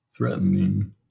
threatening